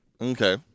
Okay